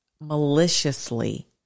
maliciously